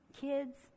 kids